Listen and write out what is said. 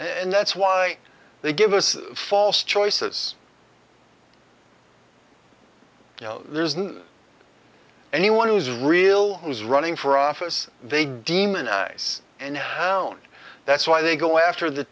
and that's why they give us false choices you know there isn't anyone who's real who's running for office they demonize and down that's why they go after the